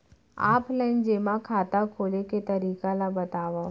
Offline जेमा खाता खोले के तरीका ल बतावव?